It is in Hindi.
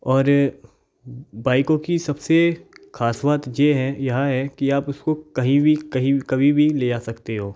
और बाइकों की सब से ख़ास बात ये है यह है कि आप उसको कहीं भी कहीं कभी भी ले जा सकते हो